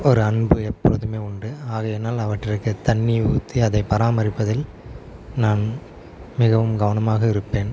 ஒரு அன்பு எப்பொழுதுமே உண்டு ஆகையினால் அவற்றுக்கு தண்ணி ஊற்றி அதை பராமரிப்பதில் நான் மிகவும் கவனமாக இருப்பேன்